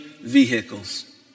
vehicles